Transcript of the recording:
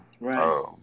Right